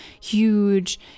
huge